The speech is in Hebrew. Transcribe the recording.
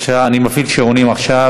בבקשה, אני מפעיל שעונים עכשיו.